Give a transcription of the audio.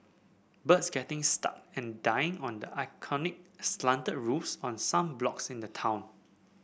birds getting stuck and dying under iconic slanted roofs of some blocks in the town